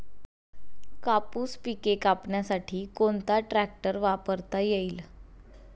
कापूस पिके कापण्यासाठी कोणता ट्रॅक्टर वापरता येईल?